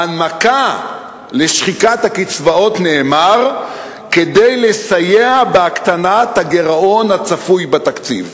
בהנמקה לשחיקת הקצבאות נאמר: כדי לסייע בהקטנת הגירעון הצפוי בתקציב.